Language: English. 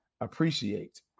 appreciate